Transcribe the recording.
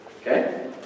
Okay